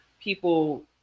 people